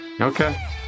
Okay